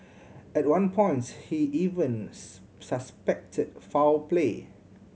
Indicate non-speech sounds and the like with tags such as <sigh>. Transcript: at one points he even <unintelligible> suspected foul play